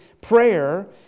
prayer